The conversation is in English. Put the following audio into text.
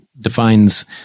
defines